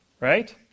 right